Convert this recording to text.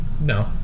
No